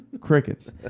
Crickets